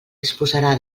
disposarà